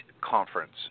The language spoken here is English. conference